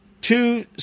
two